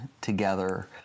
together